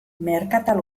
merkatal